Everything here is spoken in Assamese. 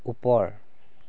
ওপৰ